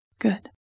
good